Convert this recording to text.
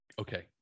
Okay